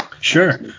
sure